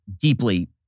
deeply